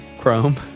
Chrome